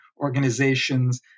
organizations